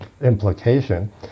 implication